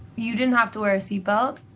you didn't have to wear a seatbelt.